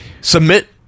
Submit